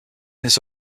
this